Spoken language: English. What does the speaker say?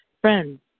Friends